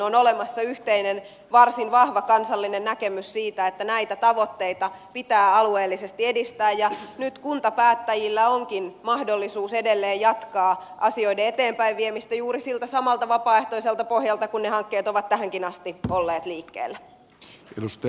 on olemassa yhteinen varsin vahva kansallinen näkemys siitä että näitä tavoitteita pitää alueellisesti edistää ja nyt kuntapäättäjillä onkin mahdollisuus edelleen jatkaa asioiden eteenpäinviemistä juuri siltä samalta vapaaehtoiselta pohjalta kuin ne hankkeet ovat tähänkin asti olleet liikkeellä